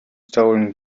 stolen